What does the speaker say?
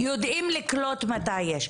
יודעים לקלוט מתי יש.